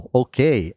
okay